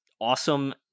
awesome